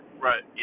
Right